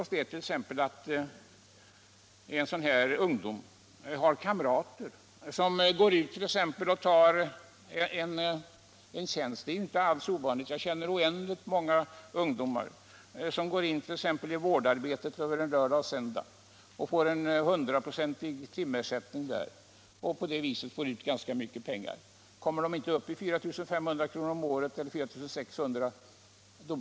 Kamrater till en sådan ung person, som under en lördag och söndag går in i vårdarbete — det är inte alls ovanligt, jag känner oändligt många ungdomar som gör det — får hundraprocentig timersättning där och får på det sättet ut ganska mycket pengar. Men om de inte når upp till en inkomst på 4 600 kr.